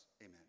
Amen